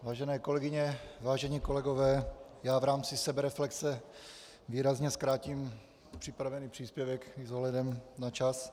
Vážené kolegyně, vážení kolegové, já v rámci sebereflexe výrazně zkrátím připravený příspěvek i s ohledem na čas.